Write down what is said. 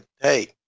hey